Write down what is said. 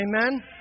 Amen